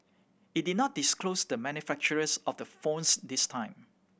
it did not disclose the manufacturers of the phones this time